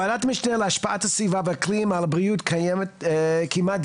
ועדת המשנה להשפעת הסביבה והאקלים על הבריאות קיימה דיון